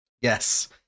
Yes